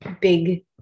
big